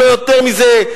אם לא יותר מזה,